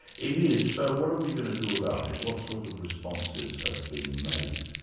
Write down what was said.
it is, so what are we going to do about it? what sort of responses have been made?